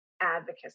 advocacy